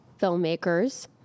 filmmakers